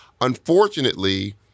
Unfortunately